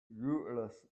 rootless